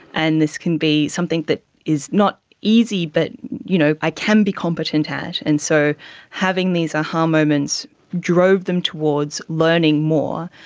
and this can be something that is not easy but you know i can be competent at. and so having these a-ha um moments drove them towards learning more.